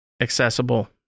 accessible